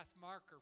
marker